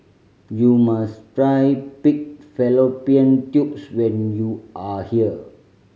you must try pig fallopian tubes when you are here